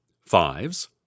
fives